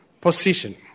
position